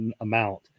amount